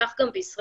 כך גם בישראל,